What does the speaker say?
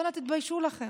ואללה, תתביישו לכם.